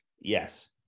Yes